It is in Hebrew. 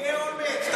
תהיה אמיץ,